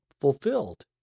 fulfilled